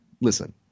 listen